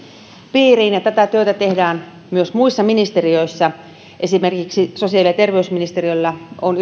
piiriin ja tätä työtä tehdään myös muissa ministeriöissä esimerkiksi sosiaali ja terveysministeriöllä on